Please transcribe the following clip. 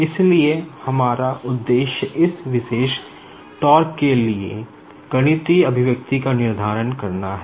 इसलिए हमारा उद्देश्य इस विशेष के लिए गणितीय एक्सप्रेशन का निर्धारण करना है